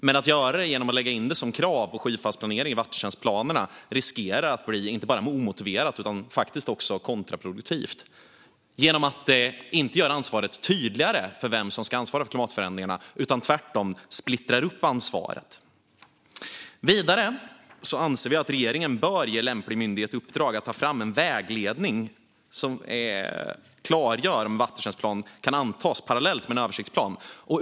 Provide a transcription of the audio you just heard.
Men att göra det genom att lägga in det som krav på skyfallsplanering i vattentjänstplanerna riskerar att inte bara vara omotiverat utan faktiskt också bli kontraproduktivt genom att inte göra det tydligare vem som ska ansvara för klimatförändringarna utan tvärtom splittra upp ansvaret. Vidare anser vi att regeringen bör ge lämplig myndighet i uppdrag att ta fram en vägledning som klargör om en vattentjänstplan kan antas parallellt med en översiktsplan.